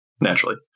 Naturally